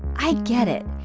i get it.